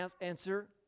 answer